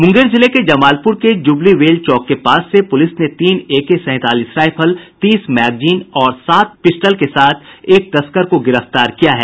मुंगेर जिले के जमालपुर के जुबली वेल चौक के पास से पुलिस ने तीन एकके सैंतालीस रायफल तीस मैगजीन और सात पिस्टल के साथ एक तस्कर को गिरफ्तार किया है